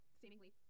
seemingly